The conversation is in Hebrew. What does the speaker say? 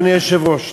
אדוני היושב-ראש,